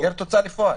במסגרת הוצאה לפועל.